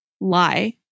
lie